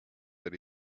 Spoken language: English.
that